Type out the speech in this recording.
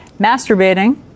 masturbating